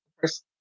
first